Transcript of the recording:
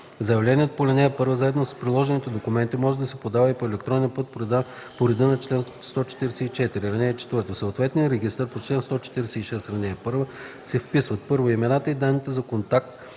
Заявлението по ал. 1 заедно с приложените документи може да се подава и по електронен път по реда на чл. 144. (4) В съответния регистър по чл. 146, ал. 1 се вписват: 1. имената и данните за контакт